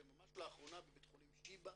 וממש לאחרונה בבית חולים שיבא